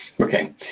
Okay